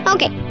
Okay